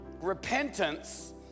Repentance